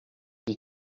ich